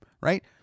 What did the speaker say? right